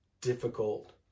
difficult